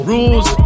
Rules